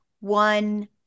one-